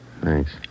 Thanks